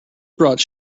brought